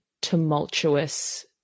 tumultuous